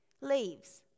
leaves